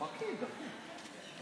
פקיד, פקיד.